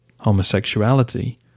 Homosexuality